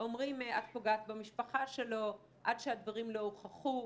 אומרים את פוגעת במשפחה שלו עד שהדברים לא הוכחו.